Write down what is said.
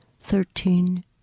Thirteen